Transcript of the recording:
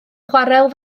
chwarel